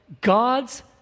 God's